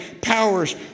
powers